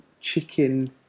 chicken